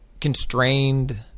constrained